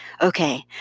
Okay